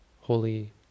holy